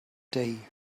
day